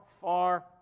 far